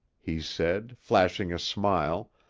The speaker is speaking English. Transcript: he said, flashing a smile,